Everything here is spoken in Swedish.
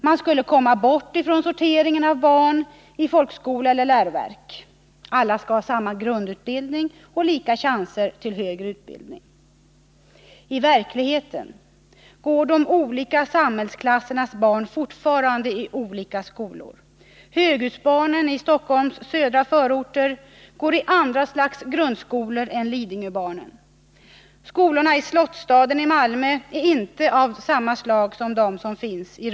Man skulle komma bort från Nr 117 sorteringen av barn i folkskola eller läroverk. Alla skall ha samma grundutbildning och lika chanser till högre utbildning. I verkligheten går de olika samhällsklassernas barn fortfarande i olika skolor. Höghusbarnen i Stockholms södra förorter går i andra slags grundskolor än Lidingöbarnen. Skolorna i Slottsstaden i Malmö är inte av samma slag som de i Rosengård.